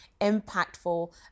impactful